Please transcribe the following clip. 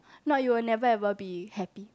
if not you will never ever be happy